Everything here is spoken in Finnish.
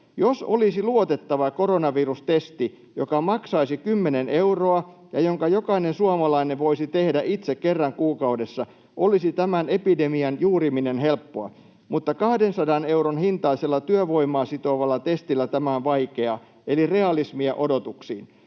”Jos olisi luotettava koronavirustesti, joka maksaisi 10 euroa ja jonka jokainen suomalainen voisi tehdä itse kerran kuukaudessa, olisi tämän epidemian juuriminen helppoa, mutta 200 euron hintaisella työvoimaa sitovalla testillä tämä on vaikeaa. Eli realismia odotuksiin.”